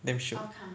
damn shiok